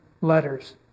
letters